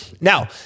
Now